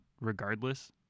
regardless